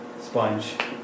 Sponge